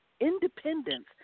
independence